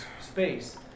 space